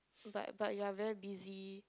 but but you are very busy